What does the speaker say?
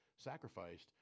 Sacrificed